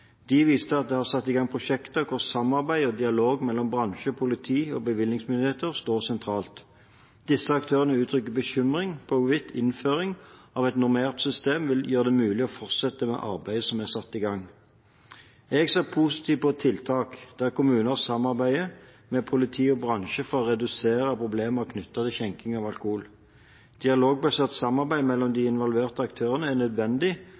De viser til at de har satt i gang prosjekter hvor samarbeid og dialog mellom bransje, politi og bevillingsmyndigheter står sentralt. Disse aktørene uttrykker bekymring for hvorvidt innføring av et normert system vil gjøre det mulig å fortsette med arbeidet som er satt i gang. Jeg ser positivt på tiltak der kommuner samarbeider med politi og bransje for å redusere problemer knyttet til skjenking av alkohol. Dialogbasert samarbeid mellom de involverte aktørene er nødvendig